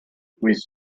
with